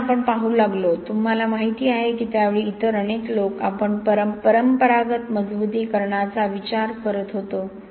म्हणून आपण पाहू लागलो तुम्हाला माहिती आहे की त्या वेळी इतर अनेक लोक आपण परंपरागत मजबुतीकरणाचा विचार करत होतो